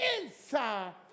inside